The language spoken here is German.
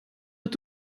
mit